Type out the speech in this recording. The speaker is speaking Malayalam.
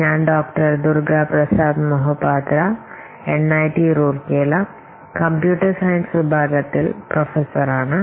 ഞാൻ doctor Durga Prasad Mohapatra NIT Rourkela computer science വിഭാഗത്തിൽ പ്രൊഫസ്സർ ആണ്